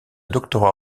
doctorat